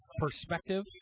perspective